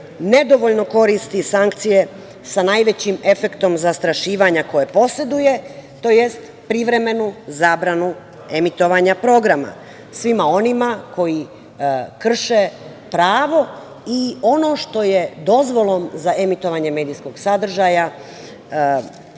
nedovoljno koristi sankcije sa najvećim efektom zastrašivanja koje poseduje, tj. privremenu zabranu emitovanja programa svima onima koji krše pravo i ono što je dozvolom za emitovanje medijskog sadržaja